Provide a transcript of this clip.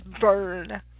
burn